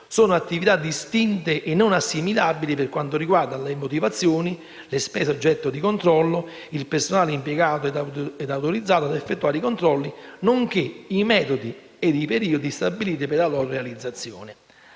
sono attività distinte e non assimilabili per quanto riguarda le motivazioni, le specie oggetto di controllo, il personale impiegato e autorizzato a effettuare i controlli, nonché i metodi e i periodi stabiliti per la loro realizzazione.